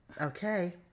Okay